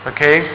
Okay